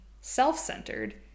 self-centered